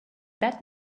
that